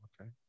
Okay